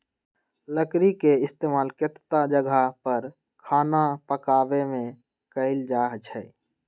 लकरी के इस्तेमाल केतता जगह पर खाना पकावे मे कएल जाई छई